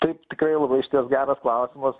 taip tikrai labai geras klausimas